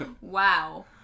Wow